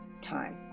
time